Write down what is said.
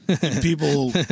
People